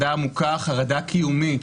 עמוקה, חרדה קיומית,